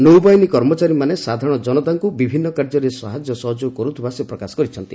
ନୌବାହିନୀ କର୍ମଚାରୀମାନେ ସାଧାରଣ ଜନତାଙ୍କୁ ବିଭିନ୍ନ କାର୍ଯ୍ୟରେ ସାହାଯ୍ୟ କରୁଥିବା ସେ ପ୍ରକାଶ କରିଛନ୍ତି